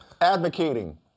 advocating